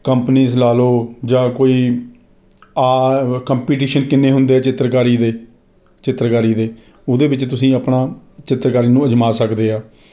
companies ਲਗਾ ਲਓ ਜਾਂ ਕੋਈ ਆ ਕੰਪੀਟੀਸ਼ਨ ਕਿੰਨੇ ਹੁੰਦੇ ਆ ਚਿੱਤਰਕਾਰੀ ਦੇ ਉਹਦੇ ਵਿੱਚ ਤੁਸੀਂ ਆਪਣਾ ਚਿੱਤਰਕਾਰੀ ਨੂੰ ਅਜ਼ਮਾ ਸਕਦੇ ਆ